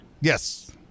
Yes